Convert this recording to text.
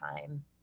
time